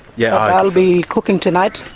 yeah i'll be cooking tonight,